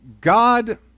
God